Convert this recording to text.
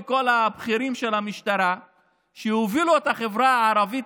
מכל הבכירים של המשטרה שהובילו את החברה הערבית